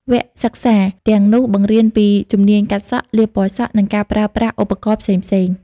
វគ្គសិក្សាទាំងនោះបង្រៀនពីជំនាញកាត់សក់ លាបពណ៌សក់ និងការប្រើប្រាស់ឧបករណ៍ផ្សេងៗ។